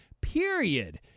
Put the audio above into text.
period